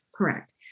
Correct